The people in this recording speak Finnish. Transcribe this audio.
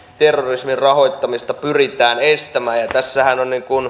terrorismin rahoittamista pyritään estämään tässähän